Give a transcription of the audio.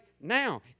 now